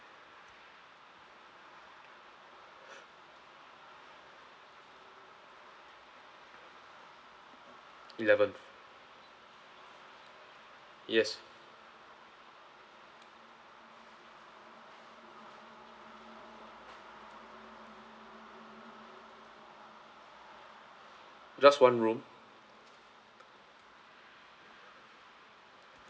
eleven yes just one room